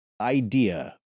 idea